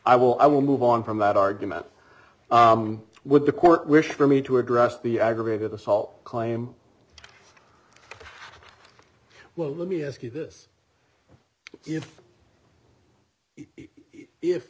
i will i will move on from that argument would the court wish for me to address the aggravated assault claim well let me ask you this if if